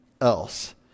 else